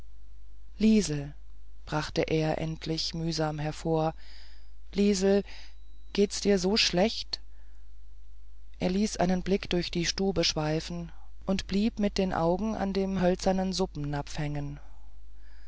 liesel brachte er endlich mühsam hervor liesel geht's dir so schlecht er ließ seinen blick durch die stube schweifen und blieb mit den augen an dem hölzernen suppennapf hängen